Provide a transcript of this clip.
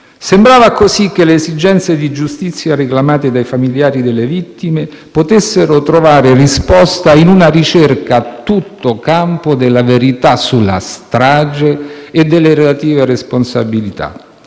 Sembrava così che le esigenze di giustizia reclamate dai familiari delle vittime potessero trovare risposta in una ricerca a tutto campo della verità sulla strage e delle relative responsabilità,